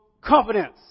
confidence